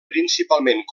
principalment